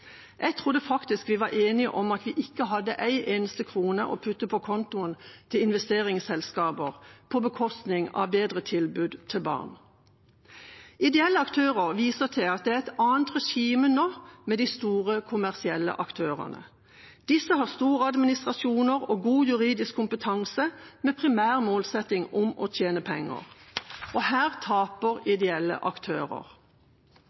Jeg trodde faktisk vi var enige om at vi ikke hadde en eneste krone å putte på kontoen til investeringsselskaper, på bekostning av bedre tilbud til barn. Ideelle aktører viser til at det er et annet regime nå med de store kommersielle aktørene. Disse har store administrasjoner og god juridisk kompetanse, med en primær målsetting om å tjene penger. Og her taper